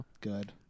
Good